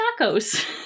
tacos